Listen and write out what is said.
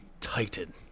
Titan